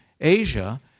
Asia